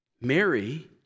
Mary